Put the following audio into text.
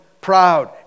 proud